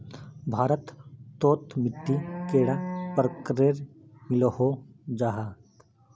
भारत तोत मिट्टी कैडा प्रकारेर मिलोहो जाहा?